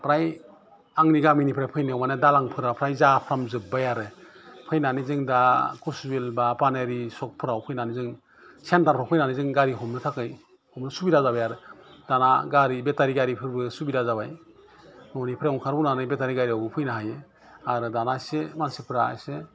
फ्राय आंनि गामिनिफ्राय फैनायाव मानि दालांफोरा फ्राय जाफ्राम जोबबाय आरो फैनानै जों दा कसबिल बा पानारि सकफ्राव फैनानै जों सेनथाराव फैनानै जों गामिखौ हमनो थाखाय हमनो सुबिदा जाबाय आरो दाना गारि बेतारि गारिफोरबो सुबिदा जाबाय न'निफ्राय अंखारबोनानै बेतारि गारियावबो फैनो हायो आरो दाना एसे मानसिफ्रा एसे